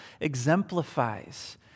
exemplifies